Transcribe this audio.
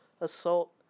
assault